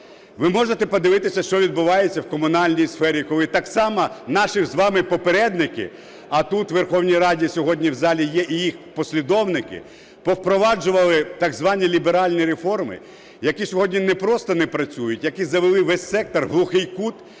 Ви можете подивитися, що відбувається в комунальній сфері, коли так само наші з вами попередники, а тут у Верховній Раді сьогодні в залі є і їх послідовники, повпроваджували так звані ліберальні реформи, які сьогодні не просто не працюють, які завели весь сектор в глухий кут